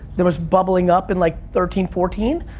there was bubbling up in, like, thirteen, fourteen,